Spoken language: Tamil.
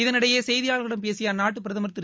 இதனிடையே செய்தியாளர்களிடம் பேசிய அந்நாட்டுப் பிரதமர் திரு